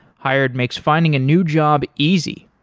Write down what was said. hired makes finding a new job easy.